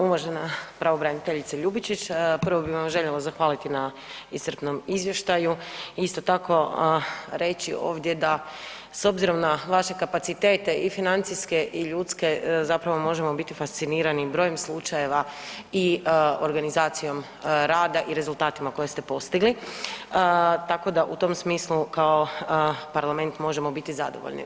Uvažena pravobraniteljice Ljubičić, prvo bi vam željela zahvaliti na iscrpnom izvještaju i isto tako reći ovdje da s obzirom na vaše kapacitete i financijske i ljudske zapravo možemo biti fascinirani brojem slučajeva i organizacijom rada i rezultatima koje ste postigli, tako da u tom smislu kao parlament možemo biti zadovoljni.